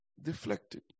deflected